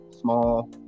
small